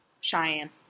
Cheyenne